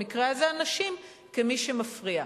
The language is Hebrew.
במקרה הזה, הנשים, כמי שמפריע.